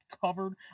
covered